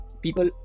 people